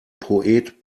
poet